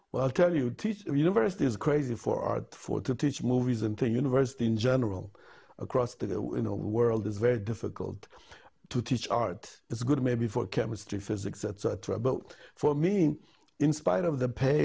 well tell you teach university is crazy for are for to teach movies and to university in general across the world is very difficult to teach art to good maybe for chemistry physics etc but for me in spite of the pay